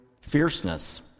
fierceness